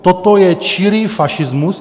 Toto je čirý fašismus.